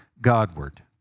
Godward